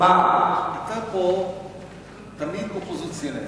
פה אתה תמיד אופוזיציונר,